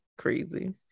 crazy